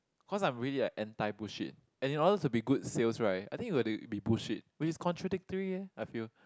cause I'm really like anti bullshit and in order to be good sales right I think you got to be bullshit which is contradictory eh I feel